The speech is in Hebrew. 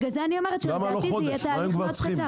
בגלל זה אני אומרת שלדעתי זה יהיה תהליך מאוד קצר.